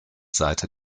seite